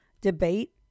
debate